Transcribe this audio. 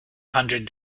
hundred